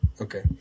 Okay